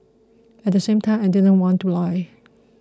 at the same time I didn't want to lie